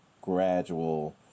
gradual